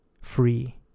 Free